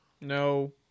No